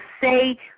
say